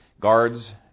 guards